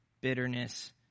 bitterness